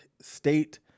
state